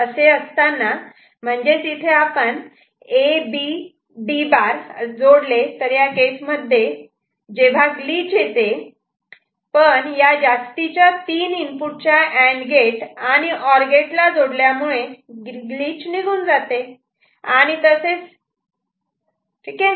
D' असे असताना म्हणजे A B D' जोडले तर या केस मध्ये हे जेव्हा ग्लिच येते या जास्तीच्या तीन इनपुट च्या अँड गेट आणि ओर गेटला जोडल्यामुळे ग्लिच निघून जाते